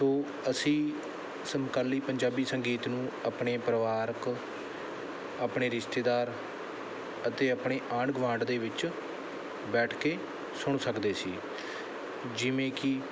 ਸੋ ਅਸੀਂ ਸਮਕਾਲੀ ਪੰਜਾਬੀ ਸੰਗੀਤ ਨੂੰ ਆਪਣੇ ਪਰਿਵਾਰਕ ਆਪਣੇ ਰਿਸ਼ਤੇਦਾਰ ਅਤੇ ਆਪਣੇ ਆਂਢ ਗਵਾਂਢ ਦੇ ਵਿੱਚ ਬੈਠ ਕੇ ਸੁਣ ਸਕਦੇ ਸੀ ਜਿਵੇਂ ਕਿ